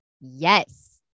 Yes